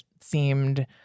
seemed